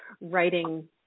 writing